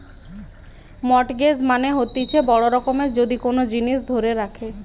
mortgage মানে হতিছে বড় রকমের যদি কোন জিনিস ধরে রাখে